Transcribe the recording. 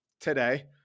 today